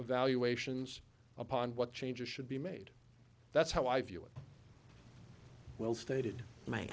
of valuations upon what changes should be made that's how i view it well stated my